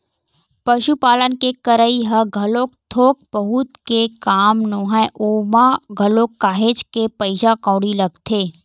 पसुपालन के करई ह घलोक थोक बहुत के काम नोहय ओमा घलोक काहेच के पइसा कउड़ी लगथे